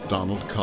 Donald